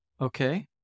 okay